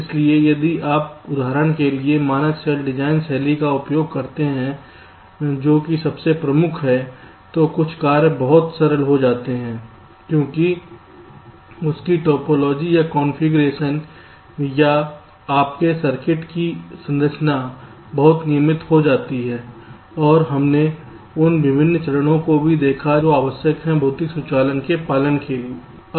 इसलिए यदि आप उदाहरण के लिए मानक सेल डिज़ाइन शैली का उपयोग करते हैं जो कि सबसे प्रमुख है तो कुछ कार्य बहुत सरल हो जाते हैं क्योंकि आपकी टोपोलॉजी या कॉन्फ़िगरेशन या आपके सर्किट की संरचना बहुत नियमित हो जाती है और हमने उन विभिन्न चरणों को भी देखा जो आवश्यक हैं भौतिक स्वचालन में पालन किया जाना है